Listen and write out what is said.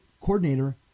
Coordinator